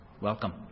Welcome